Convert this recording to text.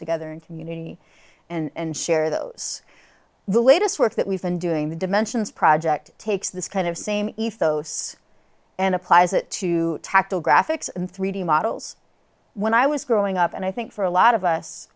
together in community and share those the latest work that we've been doing the dimensions project takes this kind of same ethos and applies it to tactile graphics in three d models when i was growing up and i think for a lot of us